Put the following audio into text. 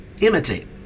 imitate